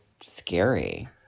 scary